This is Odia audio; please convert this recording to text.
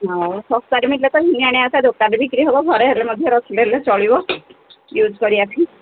ହଉ ଶସ୍ତାରେ ମିଳିଲେ ତ ଘିନିଆଣିବା କଥା ଦୋକାନରେ ବିକ୍ରି ହେବ ଘରେ ହେଲେ ମଧ୍ୟ ରଖିଲେ ହେଲେ ଚଳିବ ୟୁଜ୍ କରିବାପାଇଁ